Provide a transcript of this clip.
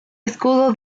escudo